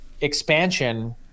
expansion